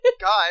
guys